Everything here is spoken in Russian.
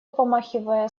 помахивая